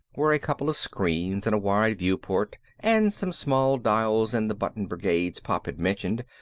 were a couple of screens and a wide viewport and some small dials and the button brigades pop had mentioned,